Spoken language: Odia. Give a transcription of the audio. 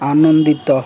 ଆନନ୍ଦିତ